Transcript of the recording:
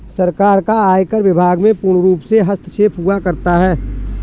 सरकार का आयकर विभाग में पूर्णरूप से हस्तक्षेप हुआ करता है